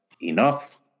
enough